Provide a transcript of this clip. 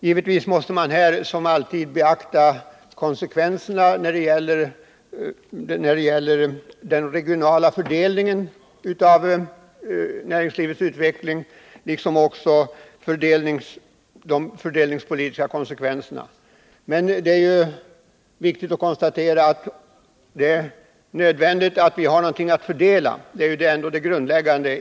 Givetvis måste man här liksom i andra sammanhang beakta den regionala fördelningen i samband med näringslivets utveckling liksom också de fördelningspolitiska aspekterna. Men det är viktigt att konstatera nödvändigheten av att vi har någonting att fördela. Det är ju ändå det grundläggande.